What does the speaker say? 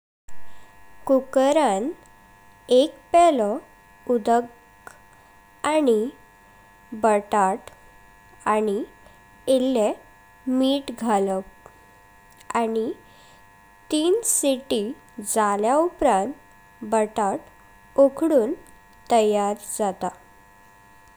कुकरान एक पेलो उडाक आनी बटाट आनी इल्ले मीत घालप आनी तीन सिटी जाळ्या उपऱांत बटाट उखडून तयार जातात।